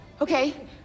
Okay